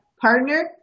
partner